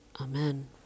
amen